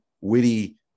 witty